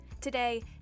Today